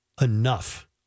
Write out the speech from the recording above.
enough